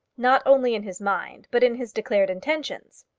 not only in his mind, but in his declared intentions.